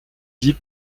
dit